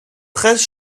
treize